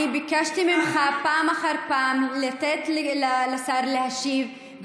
אני ביקשתי ממך פעם אחר פעם לתת לשר להשיב,